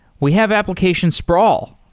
we have application sprawl.